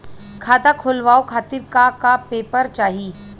खाता खोलवाव खातिर का का पेपर चाही?